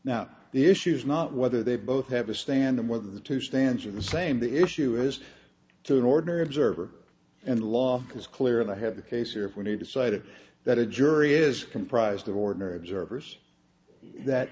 now the issue is not whether they both have a stand and whether the two stands in the same the issue is to an ordinary observer and law is clear and i have the case here when he decided that a jury is comprised of ordinary observers that